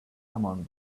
among